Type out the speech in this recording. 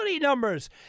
numbers